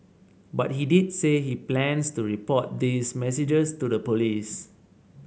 but he did say he plans to report these messages to the police